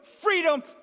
freedom